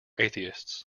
atheists